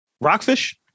Rockfish